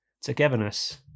Togetherness